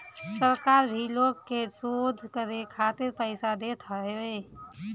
सरकार भी लोग के शोध करे खातिर पईसा देत हवे